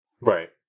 Right